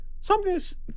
Something's